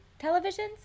televisions